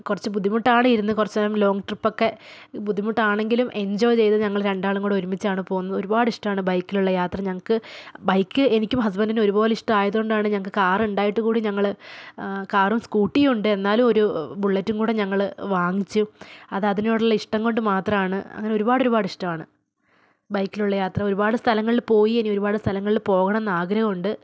കുറച്ച് ബുദ്ധിമുട്ടാണ് ഇരുന്ന് കുറച്ചുനേരം ലോങ് ട്രിപ്പൊക്കെ ബുദ്ധിമുട്ടാണെങ്കിലും എഞ്ചോയ് ചെയ്ത് ഞങ്ങൾ രണ്ടാളും കൂടി ഒരുമിച്ചാണ് പോകുന്നത് ഒരുപാട് ഇഷ്ടമാണ് ബൈക്കിലുള്ള യാത്ര ഞങ്ങൾക്ക് ബൈക്ക് എനിക്കും ഹസ്ബൻ്റിനും ഒരുപോലെ ഇഷ്ടം ആയതുകൊണ്ടാണ് ഞങ്ങൾക്ക് കാറുണ്ടായിട്ടുകൂടി ഞങ്ങൾ കാറും സ്കൂട്ടിയും ഉണ്ട് എന്നാലും ഒരു ബുള്ളറ്റും കൂടി ഞങ്ങൾ വാങ്ങിച്ചു അത് അതിനോടുള്ള ഇഷ്ടം കൊണ്ടുമാത്രമാണ് അങ്ങനെ ഒരുപാട് ഒരുപാട് ഇഷ്ടമാണ് ബൈക്കിലുള്ള യാത്ര ഒരുപാട് സ്ഥലങ്ങളിൽ പോയി ഇനി ഒരുപാട് സ്ഥലങ്ങളിൽ പോകണം എന്ന് ആഗ്രഹമുണ്ട്